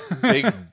big